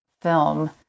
film